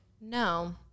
No